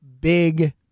big